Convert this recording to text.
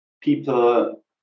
people